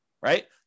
right